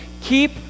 keep